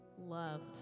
loved